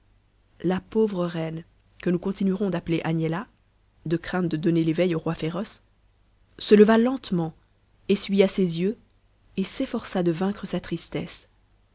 la pauvre reine que nous continuerons d'appeler agnella de crainte de donner l'éveil au roi féroce se leva lentement essuya ses yeux et s'efforça de vaincre sa tristesse